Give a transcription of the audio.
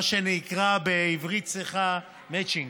מה שנקרא בעברית צחה: מצ'ינג.